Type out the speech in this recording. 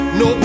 no